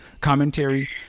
commentary